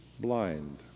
blind